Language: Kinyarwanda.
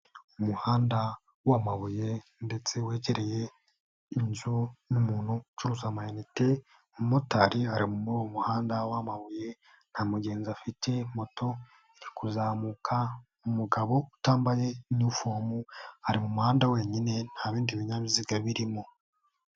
Umuhanda w'amabuye ndetse wegereye inzu n'umuntu ucuruza amayinite, umumotari ari muri umuhanda w'amabuye, nta mugenzi afite moto iri kuzamuka, umugabo utambaye inifomu, ari mumuhanda wenyine, nta bindi binyabiziga birimo.